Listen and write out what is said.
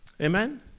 Amen